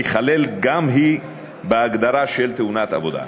תיכלל גם היא בהגדרה של "תאונת עבודה".